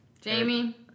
Jamie